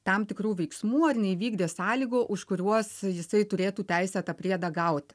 tam tikrų veiksmų ar neįvykdė sąlygų už kuriuos jisai turėtų teisę tą priedą gauti